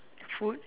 food